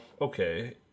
okay